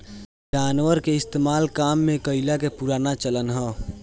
जानवर के इस्तेमाल काम में कइला के पुराना चलन हअ